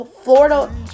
Florida